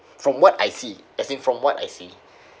from what I see as in from what I see